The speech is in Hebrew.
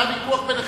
היה ויכוח ביניכם,